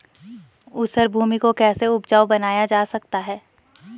ऊसर भूमि को कैसे उपजाऊ बनाया जा सकता है?